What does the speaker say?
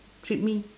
treat me